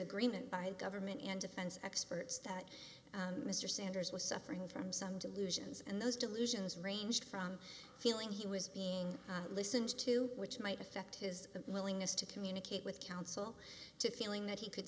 agreement by the government and defense experts that mr sanders was suffering from some delusions and those delusions ranged from feeling he was being listened to which might affect his willingness to communicate with counsel to feeling that he could